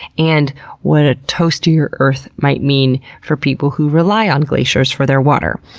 and what a toastier earth might mean for people who rely on glaciers for their water.